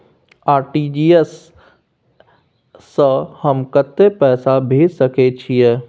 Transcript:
RTG S स हम कत्ते पैसा भेज सकै छीयै?